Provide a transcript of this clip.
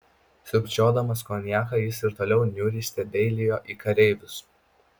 siurbčiodamas konjaką jis ir toliau niauriai stebeilijo į kareivius